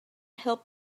help